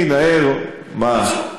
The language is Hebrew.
מה?